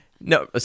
No